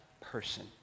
person